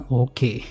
okay